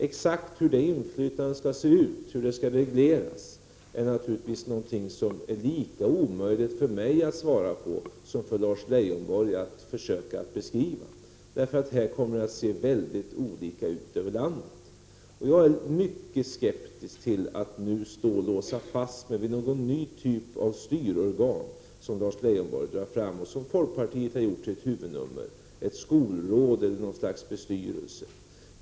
Exakt hur det inflytandet skall se ut, hur det skall regleras, är naturligtvis någonting som är lika omöjligt för mig att svara på som för Lars Leijonborg att försöka beskriva. Det inflytandet kommer att se mycket olika ut i olika delar av landet. Jag är mycket skeptisk till att nu låsa fast mig vid någon ny typ av styrorgan, som Lars Leijonborg drar fram och som folkpartiet har gjort till ett huvudnummer, ett skolråd eller något slags bestyrelse.